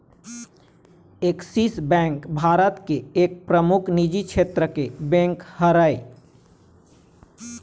Axis Bank Bharat के एक परमुख निजी छेत्र के बेंक हरय